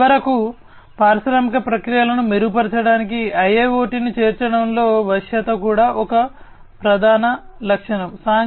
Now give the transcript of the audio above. చివరకు పారిశ్రామిక ప్రక్రియలను మెరుగుపరచడానికి IIoT ను చేర్చడంలో వశ్యత కూడా ఒక ప్రధాన లక్షణం